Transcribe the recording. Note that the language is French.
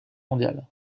mondiale